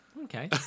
Okay